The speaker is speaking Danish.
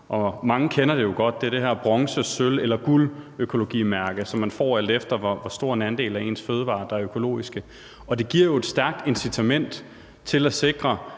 mange kender det jo godt. Det er det her bronze-, sølv- eller guldøkologimærke, som man får, alt efter hvor stor en andel af ens fødevarer der er økologiske, og det giver jo et stærkt incitament til at sikre,